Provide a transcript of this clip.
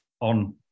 on